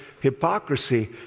hypocrisy